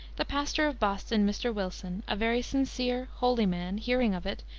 the pastor of boston, mr. wilson, a very sincere, holy man, hearing of it,